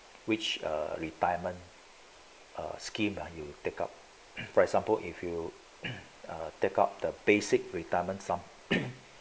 which err retirement err scheme you take up for example if you take out the basic retirement sum